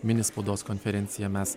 mini spaudos konferenciją mes